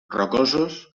rocosos